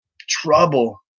trouble